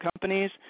companies